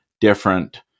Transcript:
different